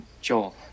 Joel